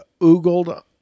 oogled